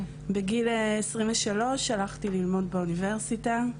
בגיל עשרים ושלוש הלכתי ללמוד באוניברסיטה.